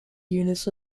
units